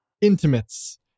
intimates